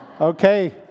Okay